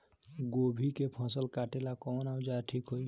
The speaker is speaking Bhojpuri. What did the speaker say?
गोभी के फसल काटेला कवन औजार ठीक होई?